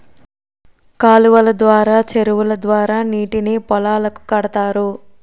కాలువలు ద్వారా చెరువుల ద్వారా నీటిని పొలాలకు కడతారు